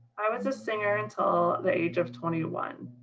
i was a singer until the age of twenty one.